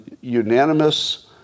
unanimous